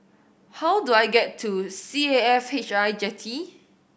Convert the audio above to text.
how do I get to C A F H I Jetty